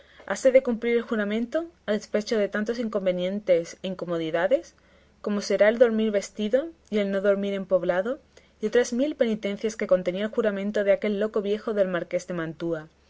hase de cumplir el juramento a despecho de tantos inconvenientes e incomodidades como será el dormir vestido y el no dormir en poblado y otras mil penitencias que contenía el juramento de aquel loco viejo del marqués de mantua